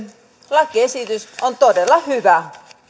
lakiesitys on todella hyvä